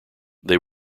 they